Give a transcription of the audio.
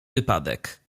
wypadek